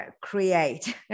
create